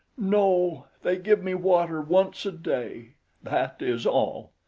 no, they give me water once a day that is all.